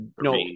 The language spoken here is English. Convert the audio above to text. No